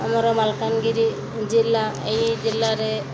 ଆମର ମାଲକାନଗିରି ଜିଲ୍ଲା ଏହି ଜିଲ୍ଲାରେ